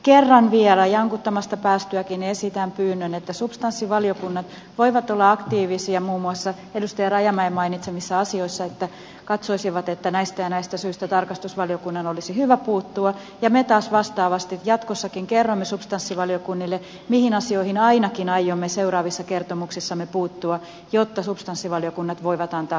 kerran vielä jankuttamasta päästyäkin esitän pyynnön että substanssivaliokunnat voivat olla aktiivisia muun muassa edustaja rajamäen mainitsemissa asioissa että katsoisivat että näistä ja näistä syistä tarkastusvaliokunnan olisi hyvä puuttua ja me taas vastaavasti jatkossakin kerromme substanssivaliokunnille mihin asioihin ainakin aiomme seuraavissa kertomuksissamme puuttua jotta substanssivaliokunnat voivat antaa kontribuutionsa